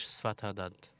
שפת הדת.)